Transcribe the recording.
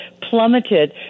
plummeted